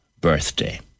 birthday